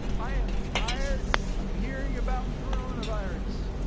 i am tired of hearing about coronavirus.